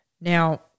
Now